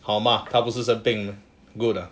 好吗他不是生病 good ah